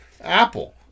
Apple